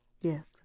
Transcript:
yes